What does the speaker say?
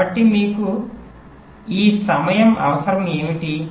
కాబట్టి మీ సమయ అవసరం ఏమిటి